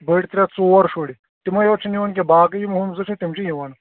بٔڈۍ ترٛےٚ ژوٗر شُرۍ تِمے یوت چھِنہٕ یِوان کیٚنٛہہ باقٕے یِم زٕ چھِ تِم چھِ یِوان